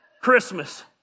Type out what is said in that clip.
Christmas